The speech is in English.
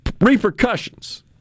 repercussions